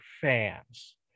fans